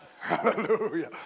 Hallelujah